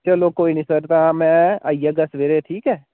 चलो कोई निं सर तां में आई जाह्गा सबेरे ठीक ऐ